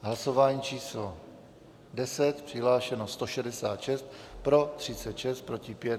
Hlasování číslo 10, přihlášeno je 166, pro 36, proti 5.